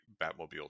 batmobile